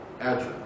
address